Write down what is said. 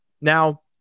Now